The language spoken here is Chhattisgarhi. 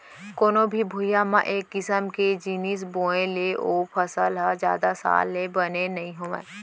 कोनो भी भुइंया म एक किसम के जिनिस बोए ले ओ फसल ह जादा साल ले बने नइ होवय